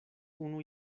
unu